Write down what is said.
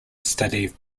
studied